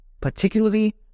particularly